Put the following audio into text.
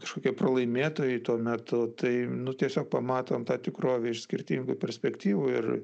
kažkokie pralaimėtojai tuo metu tai nu pamatom tą tikrovę iš skirtingų perspektyvų ir